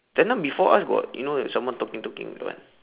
just now before us got you know like someone talking talking that one